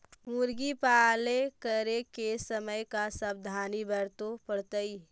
मुर्गी पालन करे के समय का सावधानी वर्तें पड़तई?